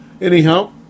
Anyhow